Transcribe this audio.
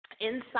Inside